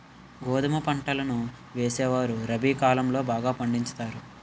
గోధుమ పంటలను వేసేవారు రబి కాలం లో బాగా పండించుతారు